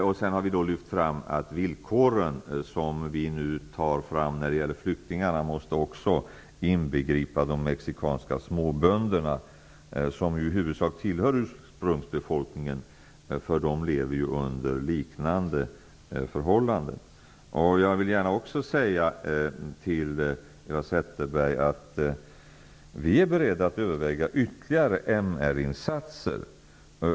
Vi har lyft fram att villkoren för flyktingar också måste inbegripa de mexikanska småbönderna, som ju i huvudsak tillhör ursprungsbefolkningen. De lever under liknande förhållanden. Jag vill också gärna säga till Eva Zetterberg att vi är beredda att överväga ytterligare MR-insatser.